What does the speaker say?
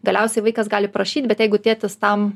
galiausiai vaikas gali prašyt bet jeigu tėtis tam